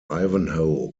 ivanhoe